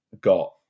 got